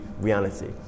reality